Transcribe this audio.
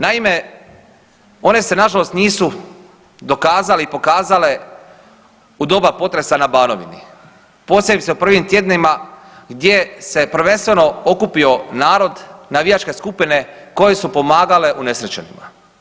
Naime, one se nažalost nisu dokazale i pokazale u doba potresa na Banovini, posebice u prvim tjednima gdje se prvenstveno okupio narod, navijačke skupine koje su pomagale unesrećenima.